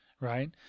right